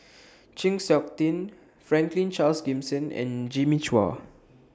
Chng Seok Tin Franklin Charles Gimson and Jimmy Chua